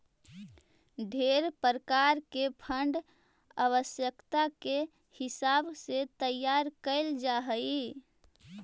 ढेर प्रकार के फंड आवश्यकता के हिसाब से तैयार कैल जात हई